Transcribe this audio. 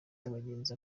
abagenzi